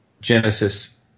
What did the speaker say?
Genesis